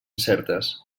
certes